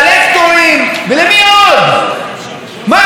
מה אמור אדם לעשות על פי חוק הנאמנות,